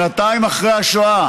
שנתיים אחרי השואה